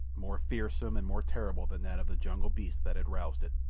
more fearsome and more terrible than that of the jungle-beast that had roused it.